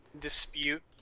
dispute